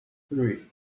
three